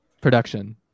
Production